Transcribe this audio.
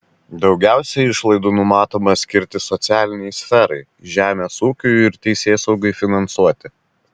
daugiausiai išlaidų numatoma skirti socialinei sferai žemės ūkiui ir teisėsaugai finansuoti